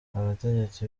abategetsi